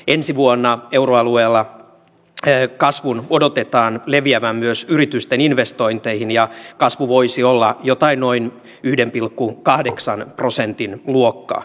ensi vuonna euroalueella see kasvun odotetaan leviävän myös yritysten investointeihin ja kasvu voisi olla jotain noin yhden pilkku kahdeksan prosentin luokkaa